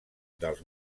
dels